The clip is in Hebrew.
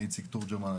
שמי איציק תורג'מן,